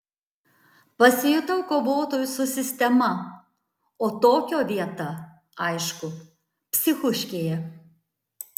pasijutau kovotoju su sistema o tokio vieta aišku psichuškėje